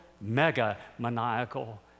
mega-maniacal